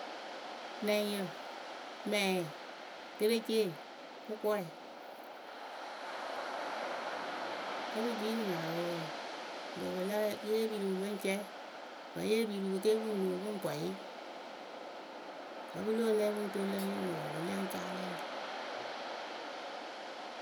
Nɛŋyǝ mɛɛperecee kʊkɔɛ kǝ pɨ kpii rɨ nyarɨwǝ ŋpǝ pɨ lǝǝ yee pɩri pɨ pɨŋ cɛ wǝ́ yee piri pɨ ke pɨŋ nuŋ pɨ ŋ pwɛyɩ wǝ́ pɨ lo lɛ pɨŋ toŋ lǝ yɨŋ wʊʊ pǝ lɨŋ caa le ŋ ri.